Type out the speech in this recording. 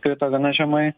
krito gana žemai